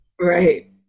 Right